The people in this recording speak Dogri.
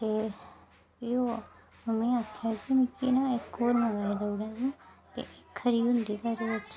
ते एह् उ'नें मिगी आक्खेआ कि मिगी इक्क होर लेई देई ओड़ेआं ते खरी होंदी घरै बिच